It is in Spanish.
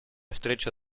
estrecho